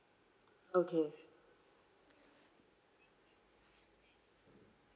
okay